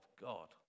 God